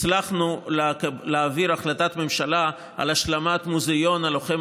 הצלחנו להעביר החלטת ממשלה על השלמת מוזיאון הלוחם